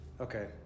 okay